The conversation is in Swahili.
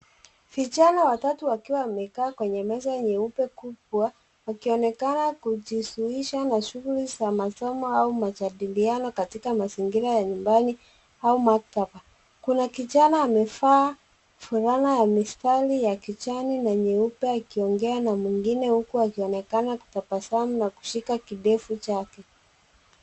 Vijana watatu wakiwa wamekaa kwenye meza ndefu kubwa wakioneksna kujishughulika na shughuli za masomo au majadiliano katika mazingira ya nyumbani au maktaba. Kuna kijana amevaa fulana ya mistari ya kijani na nyeupe akiongea na mwingine huku akitabasamu na kushika kidevu chake.